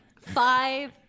Five